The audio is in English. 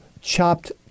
chopped